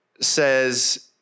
says